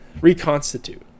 Reconstitute